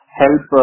help